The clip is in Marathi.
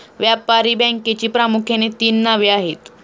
व्यापारी बँकेची प्रामुख्याने तीन नावे आहेत